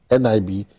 NIB